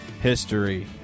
history